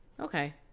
Okay